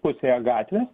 pusėje gatvės